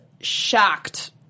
shocked